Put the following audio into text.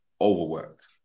overworked